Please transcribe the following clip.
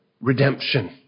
redemption